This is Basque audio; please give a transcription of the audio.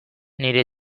nire